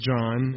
John